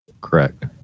Correct